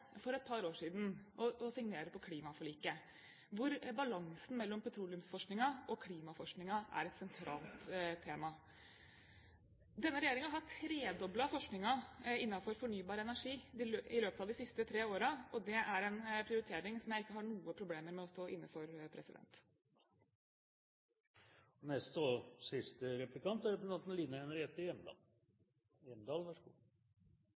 for et par år siden med på å signere klimaforliket, hvor balansen mellom petroleumsforskningen og klimaforskningen er et sentralt tema. Denne regjeringen har tredoblet forskningen innenfor fornybar energi i løpet av de siste tre årene, og det er en prioritering som jeg ikke har noen problemer med å stå inne for. Representanten Marthinsen sa i sitt innlegg: Vi skal levere «utslippskutt i tråd med klimaforliket». Det er